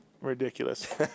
Ridiculous